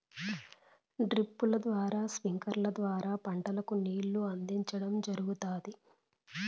డ్రిప్పుల ద్వారా స్ప్రింక్లర్ల ద్వారా పంటలకు నీళ్ళను అందించడం జరుగుతాది